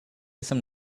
some